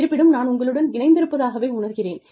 இருப்பினும் நான் உங்களுடன் இணைந்திருப்பதாகவே உணர்கிறேன்